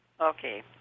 Okay